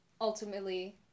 ultimately